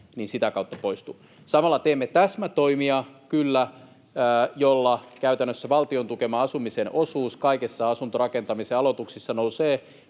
sitä kautta. Samalla teemme täsmätoimia, kyllä, joilla käytännössä valtion tukeman asumisen osuus kaikissa asuntorakentamisen aloituksissa nousee